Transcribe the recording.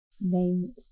Name